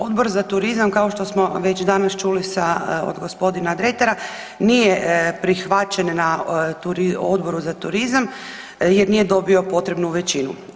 Odbor za turizam kao što smo već danas čuli sa, od g. Dretara nije prihvaćen na Odboru za turizam jer nije dobio potrebnu većinu.